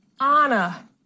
Anna